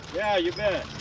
yeah, you bet.